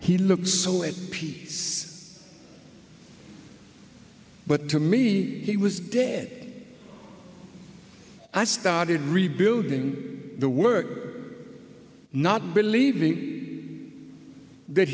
he looks so at peace but to me he was dead i started rebuilding the were not believing that